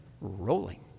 rolling